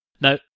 Now